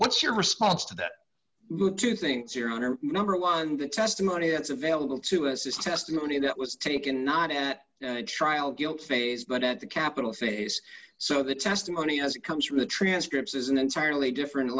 what's your response to that two things here on are number one the testimony that's available to us is testimony that was taken not at the trial guilt phase but at the capital face so the testimony as it comes from the transcripts is an entirely different